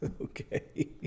Okay